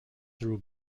through